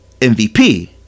MVP